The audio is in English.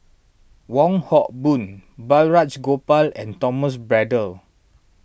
Wong Hock Boon Balraj Gopal and Thomas Braddell